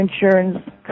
insurance